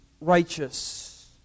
righteous